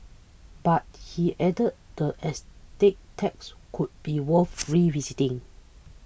but he added that estate tax could be worth revisiting